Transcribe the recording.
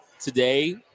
today